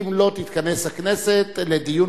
אם לא תתכנס הכנסת לדיון